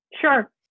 Sure